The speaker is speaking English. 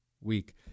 week